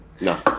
No